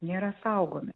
nėra saugomi